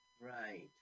Right